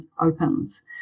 opens